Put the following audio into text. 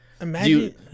Imagine